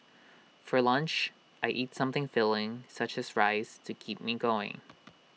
for lunch I eat something filling such as rice to keep me going